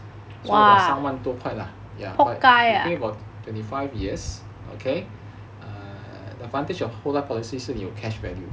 so it's about 三万多块 lah ya you pay about twenty five years okay err advantage of whole life policies 是有 cash value